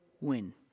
win